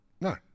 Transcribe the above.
No